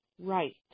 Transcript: Right